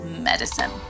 medicine